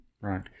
Right